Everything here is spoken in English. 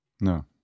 no